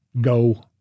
go